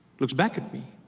looks back at me.